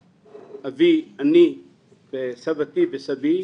אבי, אני וסבתי וסבי,